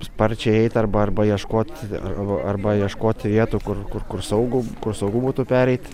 sparčiai eit arba arba ieškoti arba arba ieškoti vietų kur kur kur saugu kur saugu būtų pereit